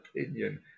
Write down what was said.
opinion